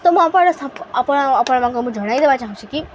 ତ ମୁଁ ଆପଣ ଆପଣ ଆପଣଙ୍କୁ ମୁଁ ଜଣେଇଦେବାକୁ ଚାହୁଁଛି କି